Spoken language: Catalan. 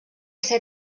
ser